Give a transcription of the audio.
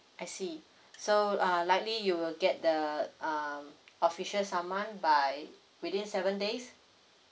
I see so uh likely you will get the um official saman by within seven days